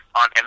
on